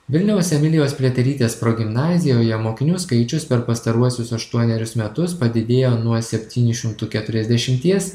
vilniaus emilijos pliaterytės progimnazijoje mokinių skaičius per pastaruosius aštuonerius metus padidėjo nuo septynių šimtų keturiasdešimties